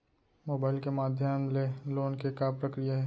Mobile के माधयम ले लोन के का प्रक्रिया हे?